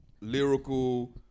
lyrical